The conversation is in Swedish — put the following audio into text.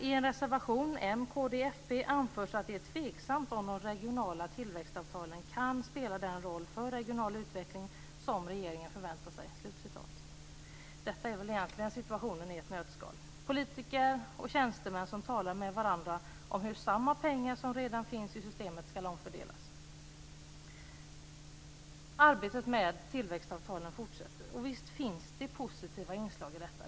Jag fortsätter dock: "I en reservation anförs att det är tveksamt om de regionala tillväxtavtalen kan spela den roll för regional utveckling som regeringen förväntar sig." Detta är egentligen situationen i ett nötskal. Det är politiker och tjänstemän som talar med varandra om hur de pengar som redan finns i systemet ska omfördelas. Arbetet med tillväxtavtalen fortsätter. Visst finns det positiva inslag i detta.